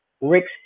Rick's